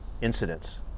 incidents